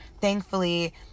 thankfully